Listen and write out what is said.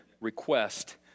request